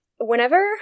Whenever